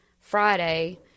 Friday –